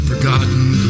Forgotten